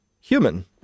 human